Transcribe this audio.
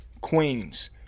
Queens